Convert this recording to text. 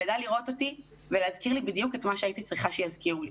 וידעה לראות אותי ולהזכיר לי בדיוק את מה שהייתי צריכה שיזכירו לי.